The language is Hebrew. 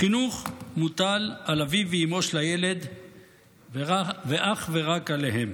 החינוך מוטל על אביו ואימו של הילד ואך ורק עליהם.